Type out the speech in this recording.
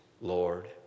Lord